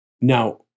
Now